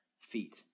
feet